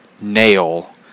nail